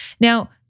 Now